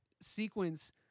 sequence